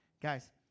Guys